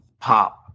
pop